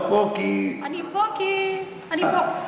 את פה כי, אני פה כי אני פה.